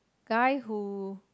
guy who